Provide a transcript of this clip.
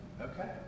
Okay